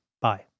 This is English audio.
bye